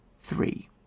three